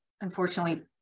unfortunately